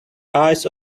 eyes